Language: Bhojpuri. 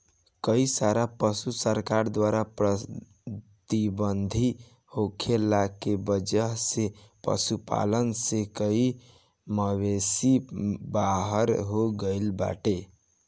कई सारा पशु सरकार द्वारा प्रतिबंधित होखला के वजह से पशुपालन से कई मवेषी बाहर हो गइल बाड़न